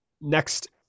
next